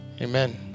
Amen